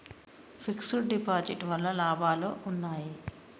Fix డ్ deposit వల్ల లాభాలు ఉన్నాయి?